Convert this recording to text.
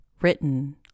written